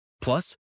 Plus